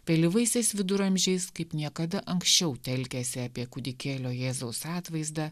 vėlyvaisiais viduramžiais kaip niekada anksčiau telkėsi apie kūdikėlio jėzaus atvaizdą